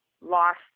lost